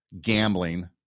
Gambling